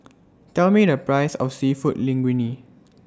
Tell Me The Price of Seafood Linguine